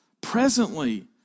presently